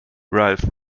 ralph